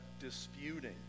disputing